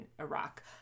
Iraq